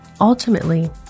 ultimately